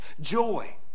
Joy